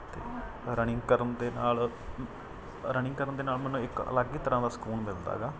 ਅਤੇ ਰਨਿੰਗ ਕਰਨ ਦੇ ਨਾਲ ਰਨਿੰਗ ਕਰਨ ਦੇ ਨਾਲ ਮੈਨੂੰ ਇੱਕ ਅਲੱਗ ਹੀ ਤਰ੍ਹਾਂ ਦਾ ਸਕੂਨ ਮਿਲਦਾ ਗਾ